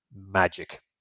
magic